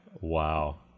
Wow